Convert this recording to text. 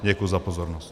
Děkuji za pozornost.